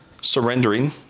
surrendering